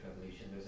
Revolution